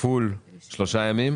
כפול 3 ימים